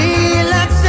Relax